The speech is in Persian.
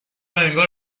انگار